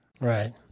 Right